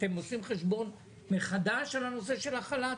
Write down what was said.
אתם עושים חשבון מחדש על הנושא של החל"ת?